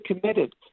committed